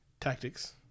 tactics